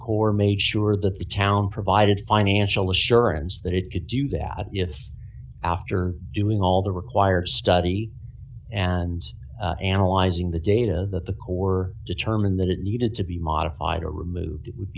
core make sure that the town provided financial assurance that it could do that if after doing all the required study and analyzing the data that the core determine that it needed to be modified or removed would